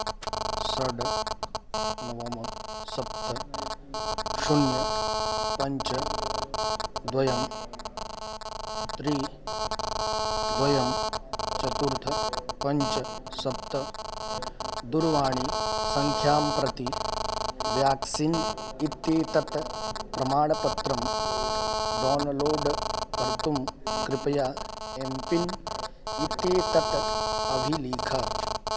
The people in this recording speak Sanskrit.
षट् नव सप्त शून्यं पञ्च द्वे त्रीणि द्वे चतुर्थ पञ्च सप्त दूरवाणीसङ्ख्यां प्रति ब्याक्सीन् इत्येतत् प्रमाणपत्रं डौनलोड् कर्तुं कृपया एम् पिन् इत्येतत् अभिलिख